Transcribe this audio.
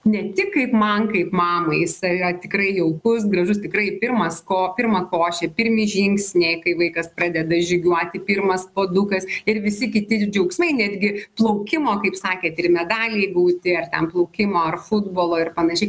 ne tik kaip man kaip mamai jisai a tikrai jaukus gražus tikrai pirmas ko pirma košė pirmi žingsniai kai vaikas pradeda žygiuoti pirmas puodukas ir visi kiti džiaugsmai netgi plaukimo kaip sakėt ir medaliai gauti ar ten plaukimo ar futbolo ir panašiai